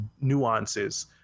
nuances